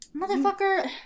Motherfucker